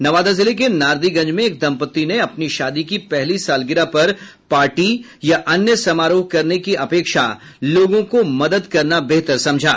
नवादा जिले के नारदीगंज में एक दंपति ने अपनी शादी की पहली सालगिरह पर पार्टी या अन्य समारोह करने की अपेक्षा लोगों को मदद करना बेहतर समझा